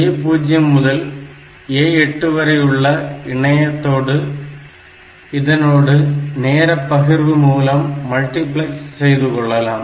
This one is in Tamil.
A0 முதல் A8 வரையுள்ள இணையத்தோடு முந்தைய முனையத்தை இதனோடு நேரப்பகிர்வு மூலம் மல்டிபிளக்ஸ் செய்து கொள்ளலாம்